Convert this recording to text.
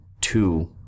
two